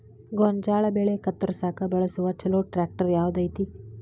ಗೋಂಜಾಳ ಬೆಳೆ ಕತ್ರಸಾಕ್ ಬಳಸುವ ಛಲೋ ಟ್ರ್ಯಾಕ್ಟರ್ ಯಾವ್ದ್ ಐತಿ?